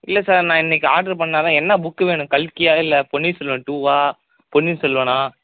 இல்லை சார் நான் இன்றைக்கு ஆர்ட்ரு பண்ணால் தான் என்ன புக்கு வேணும் கல்கியா இல்லை பொன்னியின் செல்வன் டூவா பொன்னியின் செல்வனா